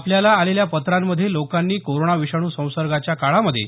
आपल्याला आलेल्या पत्रांमध्ये लोकांनी कोरोना विषाणू संसर्गाच्या काळामध्ये